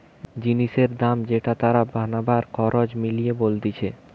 জিনিসের দাম যেটা তার বানাবার খরচ মিলিয়ে বলতিছে